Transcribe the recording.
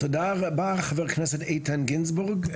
תודה רבה חבר הכנסת איתן גינזבורג,